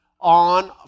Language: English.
on